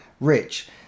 Rich